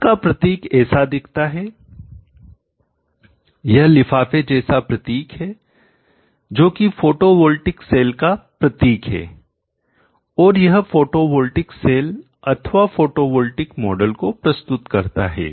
इसका प्रतीक ऐसा दिखता है यह लिफाफे जैसा प्रतीक है जो कि फोटोवोल्टिक सेल का प्रतीक है और यह फोटोवॉल्टिक सेल अथवा फोटोवॉल्टिक मॉडल को प्रस्तुत करता है